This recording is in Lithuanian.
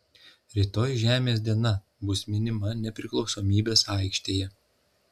rytoj žemės diena bus minima nepriklausomybės aikštėje